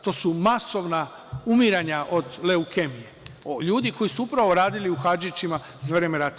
To su masovna umiranja od leukemije ljudi koji su upravo radili u Hadžićima za vreme rata.